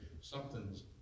something's